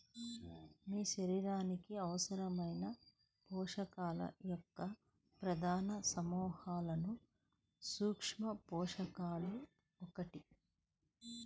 మీ శరీరానికి అవసరమైన పోషకాల యొక్క ప్రధాన సమూహాలలో సూక్ష్మపోషకాలు ఒకటి